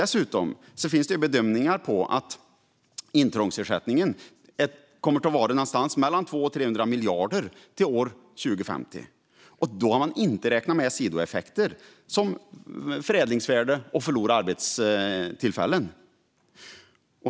Dessutom bedöms intrångsersättningen bli någonstans mellan 200 och 300 miljarder till år 2050. Då har man inte räknat med sidoeffekter såsom förädlingsvärde och förlorade arbetstillfällen.